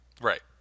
right